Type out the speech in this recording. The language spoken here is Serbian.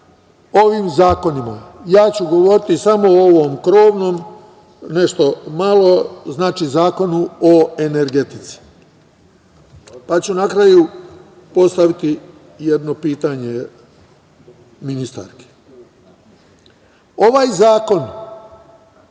ovim zakonima. Ja ću govoriti samo o ovom krovnom nešto malo, znači, Zakonu o energetici, pa ću na kraju postaviti jedno pitanje ministarki. Ovaj zakon